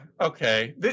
okay